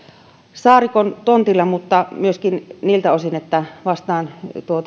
saarikon tontilla mutta niiltä osin että vastaan